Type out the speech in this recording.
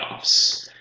playoffs